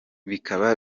bikaba